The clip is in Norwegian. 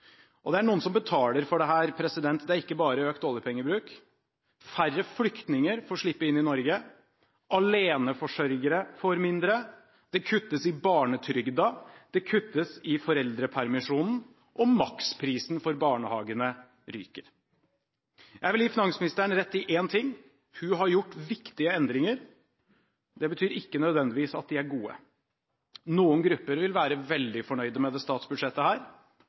Det er noen som betaler for dette. Det er ikke bare økt oljepengebruk: Færre flyktninger får slippe inn i Norge. Aleneforsørgere får mindre. Det kuttes i barnetrygden. Det kuttes i foreldrepermisjonen. Maksprisen for barnehagene ryker. Jeg vil gi finansministeren rett i én ting: Hun har gjort viktige endringer. Det betyr ikke nødvendigvis at de er gode. Noen grupper vil være veldig fornøyd med dette statsbudsjettet,